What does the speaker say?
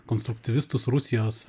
konstruktyvistus rusijos